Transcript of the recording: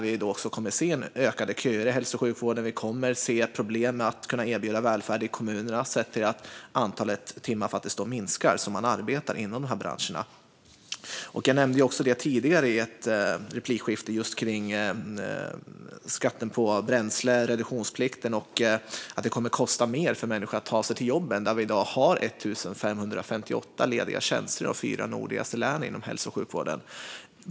Vi kommer att få se ökade köer i hälso och sjukvården och problem att kunna erbjuda välfärd i kommunerna sett till att antalet timmar som man arbetar inom de branscherna minskar. Jag nämnde tidigare i ett replikskifte om skatten på bränsle och reduktionsplikten att det kommer att kosta mer för människor att ta sig till jobben. Vi har i dag 1 558 lediga tjänster i de fyra nordligaste länen inom hälso och sjukvården.